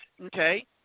Okay